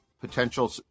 potential